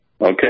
Okay